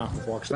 הצבעה אושרה.